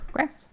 okay